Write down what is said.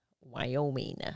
Wyoming